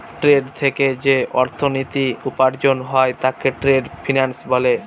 trade থেকে যে অর্থনীতি উপার্জন হয় তাকে ট্রেড ফিন্যান্স বলে